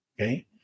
okay